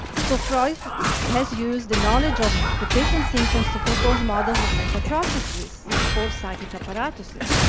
so freud has used the knowledge of the patient's symptoms to propose models of mental processes or psychic apparatuses.